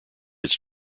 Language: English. its